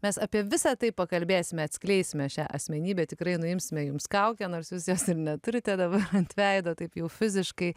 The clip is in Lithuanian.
mes apie visa tai pakalbėsime atskleisime šią asmenybę tikrai nuimsime jums kaukę nors jūs jos ir neturite dabar ant veido taip jau fiziškai